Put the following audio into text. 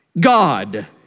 God